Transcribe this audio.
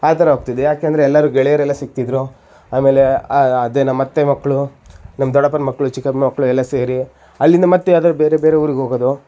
ಆ ಥರ ಹೋಗ್ತಿದ್ದೆಯಾಕೆಂದರೆ ಎಲ್ಲರೂ ಗೆಳೆಯರೆಲ್ಲ ಸಿಕ್ತಿದ್ರು ಆಮೇಲೆ ಅದೇ ನಮ್ಮ ಅತ್ತೆ ಮಕ್ಕಳು ನಮ್ಮ ದೊಡ್ಡಪ್ಪನ ಮಕ್ಕಳು ಚಿಕ್ಕಪ್ಪನ ಮಕ್ಕಳು ಎಲ್ಲ ಸೇರಿ ಅಲ್ಲಿಂದ ಮತ್ತ್ಯಾವ್ದಾದ್ರು ಬೇರೆ ಬೇರೆ ಊರಿಗೆ ಹೋಗೋದು